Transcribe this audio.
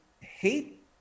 hate